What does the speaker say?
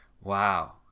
wow